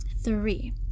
three